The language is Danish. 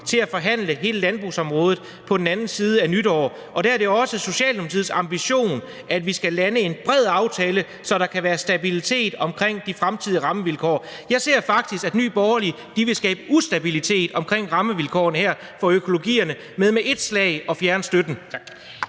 til at forhandle hele landbrugsområdet på den anden side af nytår, og der er det også Socialdemokratiets ambition, at vi skal lande en bred aftale, så der kan være stabilitet om de fremtidige rammevilkår. Jeg ser faktisk, at Nye Borgerlige vil skabe ustabilitet omkring rammevilkårene her i forhold til økologien ved med ét slag at fjerne støtten.